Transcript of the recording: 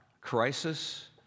crisis